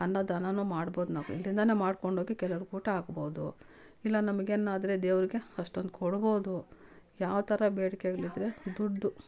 ಅನ್ನದಾನ ಮಾಡ್ಬೋದು ನಾವು ಇಲ್ಲಿಂದ ಮಾಡಿಕೊಂಡೋಗಿ ಕೆಲವ್ರಿಗ್ ಊಟ ಹಾಕ್ಬೋದು ಇಲ್ಲ ನಮ್ಗಿನ್ನು ಆದರೆ ದೇವರಿಗೆ ಅಷ್ಟೊಂದ್ ಕೊಡ್ಬೋದು ಯಾವ್ತರ ಬೇಡಿಕೆಗಳಿದ್ರೆ ದುಡ್ಡು